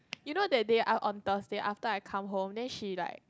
you know that day I on Thursday after I come home then she like